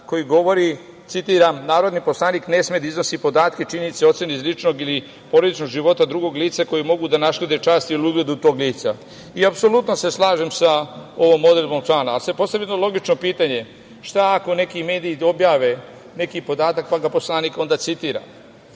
koji govori, citiram - narodni poslanik ne sme da iznosi podatke, činjenice, ocene iz ličnog ili porodičnog života drugog lica koje mogu da naškode časti ili uvredi tog lica. Apsolutno se slažem sa ovom odredbom člana, ali se postavlja jedno logično pitanje, šta ako neki mediji da objave neki podatak, pa ga poslanik onda citira?